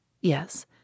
Yes